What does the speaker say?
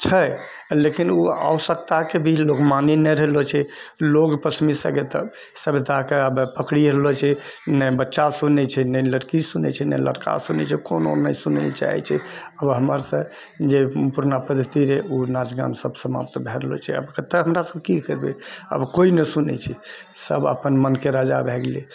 आवश्यकता लेकिन उ आवश्यकताके भी लोग मानी नहि रहलो छै लोग पश्चमी सभ्यताके आब पकड़ी रहलो छै ने बच्चा सुनै छै ने लड़की सुनै छै ने लड़का सुनै छै कोनो ने सुनै लए चाहै छै उ हमर सबके जे पुरना पद्धति रहै उ नाच गान सब समाप्त भए रहलो छै आब कते हमरा सब की करबै अब कोइ नहि सुनै छै सब अपन मनके राजा भए गेलै